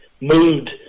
moved